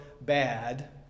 bad